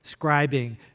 scribing